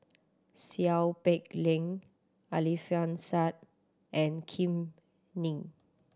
Seow Peck Leng Alfian Sa'at and Kam Ning